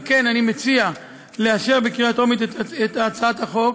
על כן, אני מציע לאשר בקריאה טרומית את הצעת החוק,